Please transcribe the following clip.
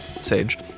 Sage